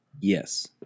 Yes